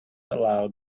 aloud